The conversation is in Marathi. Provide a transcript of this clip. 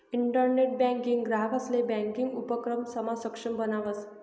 इंटरनेट बँकिंग ग्राहकंसले ब्यांकिंग उपक्रमसमा सक्षम बनावस